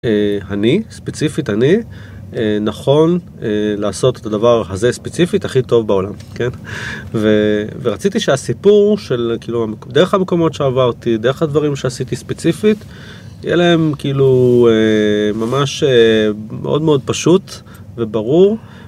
אני, ספציפית אני, נכון לעשות את הדבר הזה ספציפית הכי טוב בעולם, כן? ורציתי שהסיפור של, כאילו, דרך המקומות שעברתי, דרך הדברים שעשיתי ספציפית, יהיה להם כאילו ממש מאוד מאוד פשוט וברור.